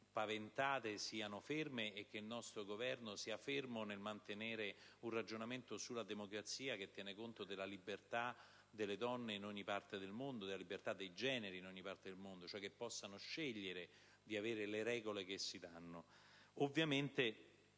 da noi paventate siano bloccate e che il nostro Governo sia fermo nel mantenere una posizione sulla democrazia che tenga conto della libertà delle donne in ogni parte del mondo, della libertà dei generi in ogni parte del mondo e quindi della possibilità di scegliere le regole che si danno.